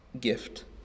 gift